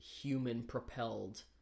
human-propelled